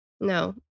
No